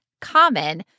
common